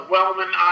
Wellman